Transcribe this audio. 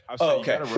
Okay